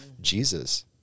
Jesus